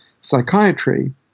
psychiatry